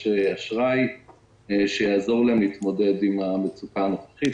אשראי שיעזור להם להתמודד עם המצוקה הנוכחית,